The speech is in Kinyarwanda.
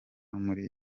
muri